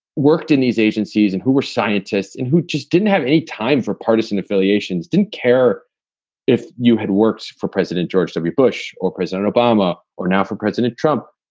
worked in these agencies and who were scientists and who just didn't have any time for partisan affiliations, didn't care if you had worked for president george w. bush or president obama or now for president trump.